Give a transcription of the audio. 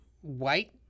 white